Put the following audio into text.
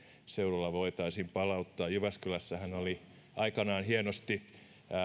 seudulla voitaisiin palauttaa jyväskylässähän oli aikanaan hienosti